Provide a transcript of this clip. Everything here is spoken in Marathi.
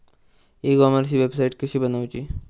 ई कॉमर्सची वेबसाईट कशी बनवची?